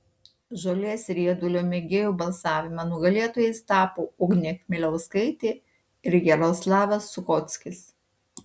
žolės riedulio mėgėjų balsavime nugalėtojais tapo ugnė chmeliauskaitė ir jaroslavas suchockis